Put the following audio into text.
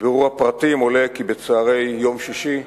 מבירור הפרטים עולה כי בצהרי יום שישי,